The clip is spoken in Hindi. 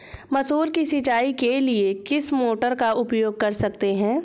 मसूर की सिंचाई के लिए किस मोटर का उपयोग कर सकते हैं?